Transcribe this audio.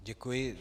Děkuji.